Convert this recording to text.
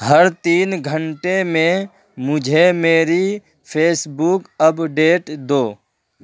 ہر تین گھنٹے میں مجھے میری فیس بک اپ ڈیٹ دو